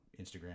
instagram